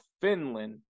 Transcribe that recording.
Finland